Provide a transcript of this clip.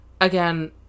Again